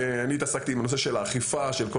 בקורונה אני התעסקתי עם הנושא של האכיפה של כל